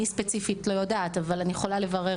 אני יכולה לברר.